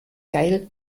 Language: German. geil